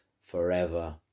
forever